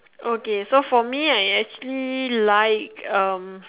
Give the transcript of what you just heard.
okay so for me I actually like um